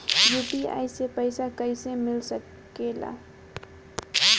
UPI से पइसा कईसे मिल सके ला?